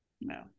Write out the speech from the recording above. no